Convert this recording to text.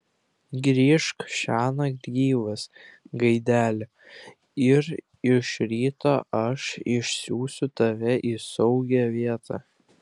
grįžk šiąnakt gyvas gaideli ir iš ryto aš išsiųsiu tave į saugią vietą